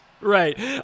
Right